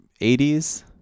80s